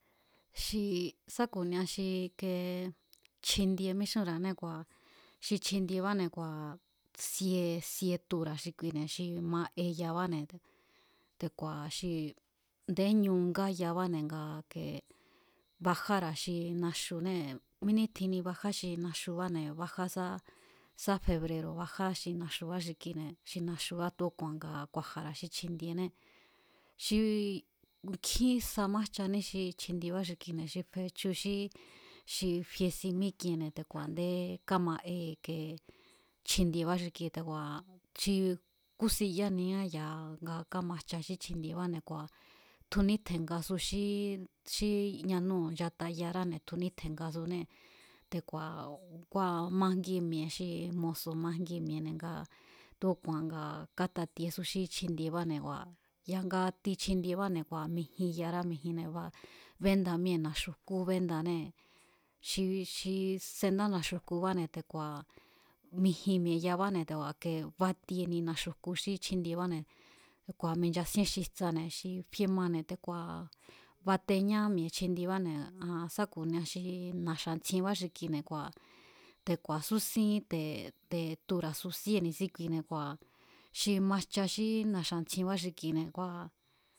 Xi sá ku̱nia xi ike chjindie míxúnra̱ané kua̱ xi chjindiebáne̱ kua̱ sie sie tura̱ xi kuine̱ xi ma'e yabáne̱ te̱ku̱a̱ xi ndé ñu ngá yabáne̱ nga ike bajára̱ xi naxunée̱. Mí nítjinni bajá xi naxubáne̱ bajá sá, sá febrero̱ bajá xi naxubá xi kine̱ xi naxubá tu̱úku̱a̱n nga ku̱a̱ja̱ra̱ xi chjindiené xi nkjín sa májchaní xi chjindiebá xi kine̱, xi fechu xí fie si mík'ienne̱ te̱ku̱a̱ a̱ndé káma'e ike chjindiebá xi ki te̱ku̱a̱, xi kúsin yánia ya̱a kámajcha xí chjindiebáne̱, kua̱ tjunítje̱ngasu xí yanúu̱ nchata yaráne̱, tjunítje̱ngasunée̱ te̱ku̱a̱ ngua̱ majngi mi̱e̱ xi moso̱ majngi mi̱e̱ne̱ nga tu̱úku̱a̱n nga kátatiesú xí chjindiebáne̱ kua̱ ya̱nga ti xi chjindiebáne̱ kua̱ mijin yará mijinne̱ ba béndá míée̱ na̱xu̱jkú béndanée̱ xi xi sendá na̱xu̱jkubáne̱ te̱ku̱a̱ mijin mi̱e̱ yabáne̱ te̱ku̱a̱ batieni na̱xu̱jku xí chjindiebáne̱ te̱ku̱a̱ minchasíén xijtsane̱ xi fie mane̱ te̱ku̱a̱ bateñá mi̱e̱ chjindiebáne̱ aa̱n sá ku̱nia xi na̱xa̱ntsjienbáxi kine̱ ku̱a̱ te̱ ku̱a̱súsín te̱ tura̱ su síé ni̱síkuine̱ kua̱ xi majcha xi na̱xa̱ntsjienbá xi kine̱ kua̱.